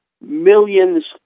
Millions